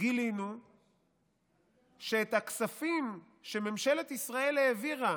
גילינו שאת הכספים שממשלת ישראל העבירה